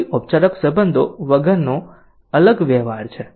આ કોઈ ઓપચારિક સંબંધો વગરનો અલગ વ્યવહાર છે